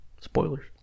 Spoilers